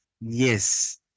Yes